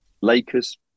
Lakers